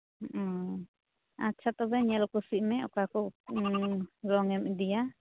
ᱚᱻ ᱟᱪᱪᱷᱟ ᱛᱚᱵᱮ ᱧᱮᱞ ᱠᱩᱥᱤᱜ ᱢᱮ ᱚᱠᱟ ᱠᱚ ᱨᱚᱝᱮᱢ ᱤᱫᱤᱭᱟ